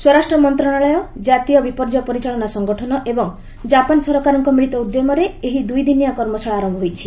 ସ୍ୱରାଷ୍ଟ୍ର ମନ୍ତ୍ରଣାଳୟ କାତୀୟ ବିପର୍ଯ୍ୟୟ ପରିଚାଳନା ସଂଗଠନ ଏବଂ ଜାପାନ ସରକାରଙ୍କ ମିଳିତ ଉଦ୍ୟମରେ ଏହି ଦୁଇ ଦିନିଆ କର୍ମଶାଳା ଆରମ୍ଭ ହୋଇଛି